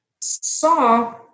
saw